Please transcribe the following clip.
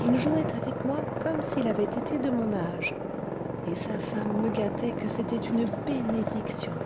il jouait avec moi comme s'il avait été de mon âge et sa femme me gâtait que c'était une bénédiction